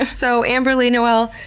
ah so, amber-leigh noelle,